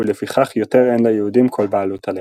ולפיכך יותר אין ליהודים כל בעלות עליה.